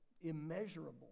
immeasurable